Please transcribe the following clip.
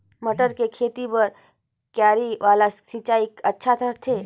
मटर के खेती बर क्यारी वाला सिंचाई अच्छा रथे?